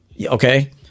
Okay